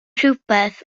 rhywbeth